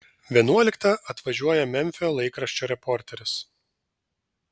vienuoliktą atvažiuoja memfio laikraščio reporteris